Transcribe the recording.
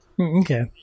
Okay